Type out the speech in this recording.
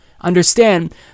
Understand